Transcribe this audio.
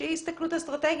איזושהי הסתכלות אסטרטגית,